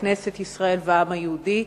כנסת ישראל והעם היהודי.